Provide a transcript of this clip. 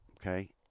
okay